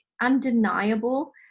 undeniable